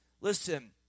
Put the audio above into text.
listen